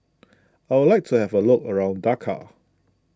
I would like to have a look around Dakar